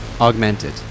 Augmented